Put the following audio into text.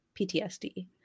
PTSD